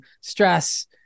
stress